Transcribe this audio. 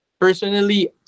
Personally